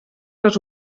les